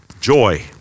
Joy